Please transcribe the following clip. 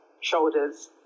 shoulders